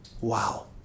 Wow